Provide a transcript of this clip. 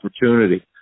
opportunity